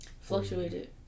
Fluctuated